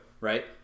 Right